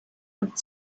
could